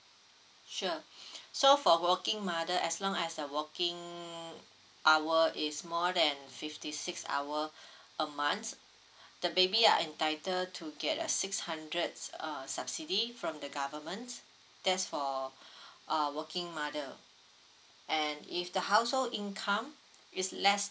sure so for working mother as long as the working hour is more than fifty six hour a month the baby are entitle to get a six hundreds err subsidy from the government there's for uh working mother and if the household income is less